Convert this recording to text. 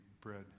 bread